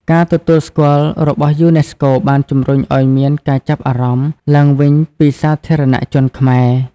ការទទួលស្គាល់របស់យូណេស្កូបានជំរុញឱ្យមាន ការចាប់អារម្មណ៍ ឡើងវិញពីសាធារណជនខ្មែរ។